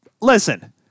Listen